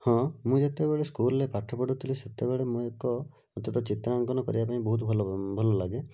ହଁ ମୁଁ ଯେତେବେଳେ ସ୍କୁଲ୍ରେ ପାଠ ପଢ଼ୁଥିଲି ସେତେବେଳେ ମୁଁ ଏକ ମୋତେ ତ ଚିତ୍ରାଙ୍କନ କରିବା ପାଇଁ ବହୁତ ଭଲ ଲାଗେ